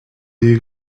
you